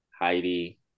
Heidi